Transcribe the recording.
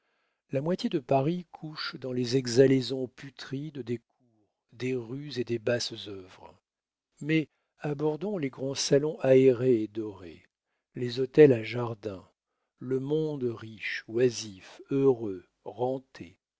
la moitié de paris couche dans les exhalaisons putrides des cours des rues et des basses œuvres mais abordons les grands salons aérés et dorés les hôtels à jardins le monde riche oisif heureux renté